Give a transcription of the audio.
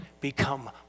become